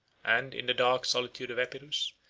and in the dark solitude of epirus,